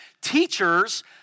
teachers